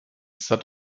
set